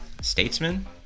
Statesman